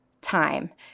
time